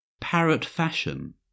parrot-fashion